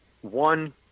one